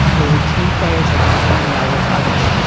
they were team players, they got along well with others.